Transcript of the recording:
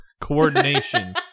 coordination